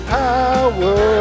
power